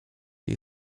jej